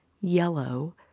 yellow